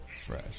Fresh